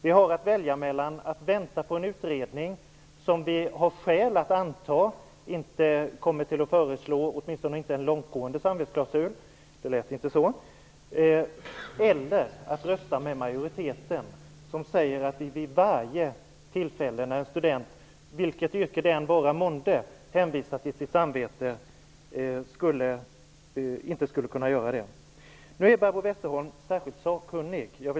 Vi har att välja mellan att vänta på en utredning som vi har skäl att anta inte kommer att föreslå någon långtgående samvetsklausul -- det lät inte så -- och att rösta med majoriteten som säger att en student som -- i vilket yrke det vara månde -- hänvisar till sitt samvete inte kan göra det. Barbro Westerholm är särskilt sakkunnig.